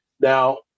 now